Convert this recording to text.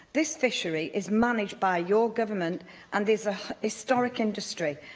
this fishery is managed by your government and is a historic industry.